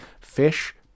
fish